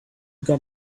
got